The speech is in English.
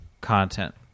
content